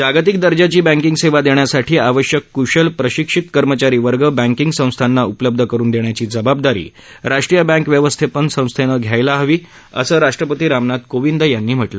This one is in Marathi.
जागतिक दर्जाची बँकिंग सेवा देण्यासाठी आवश्यक कुशल प्रशिक्षित कर्मचारी वर्ग बँकिंग संस्थांना उपलब्ध करून देण्याची जबाबदारी राष्ट्रीय बँक व्यवस्थापन संस्थेनं घ्यायला हवी असं राष्ट्रपती रामनाथ कोविंद यांनी सांगितलं